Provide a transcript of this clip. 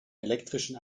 elektrischen